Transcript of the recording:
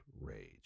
rage